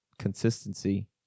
Consistency